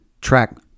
track